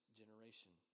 generation